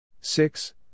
Six